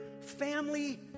family